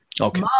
Okay